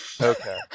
Okay